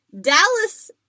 Dallas